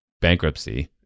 bankruptcy